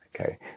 Okay